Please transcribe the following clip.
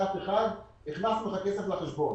הכנסנו את הכסף לחשבון.